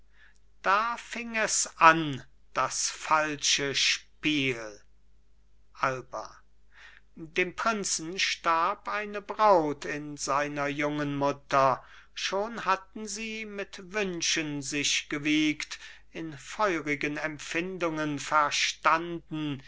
da fing es an das falsche spiel alba dem prinzen starb eine braut in seiner jungen mutter schon hatten sie mit wünschen sich gewiegt in feurigen empfindungen verstanden